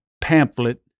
pamphlet